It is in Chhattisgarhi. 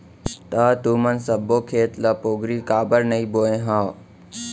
त तुमन सब्बो खेत ल पोगरी काबर नइ बोंए ह?